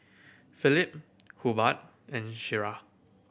Phillip Hubbard and Shira